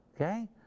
Okay